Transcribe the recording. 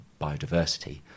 biodiversity